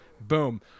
boom